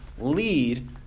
lead